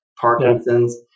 Parkinson's